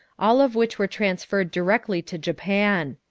all of which were transferred directly to japan.